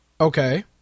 Okay